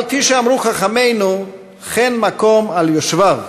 אבל כפי שאמרו חכמינו, "חן המקום על יושביו",